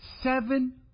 Seven